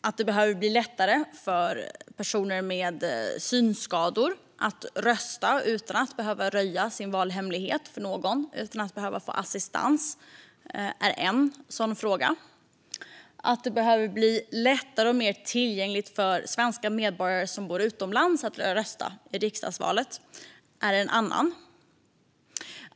Att det behöver bli lättare för personer med synskador att rösta utan att röja sin valhemlighet för någon, utan att behöva assistans, är en sådan fråga. Att det behöver bli lättare och mer tillgängligt för svenska medborgare som bor utomlands att rösta i riksdagsvalet är en annan.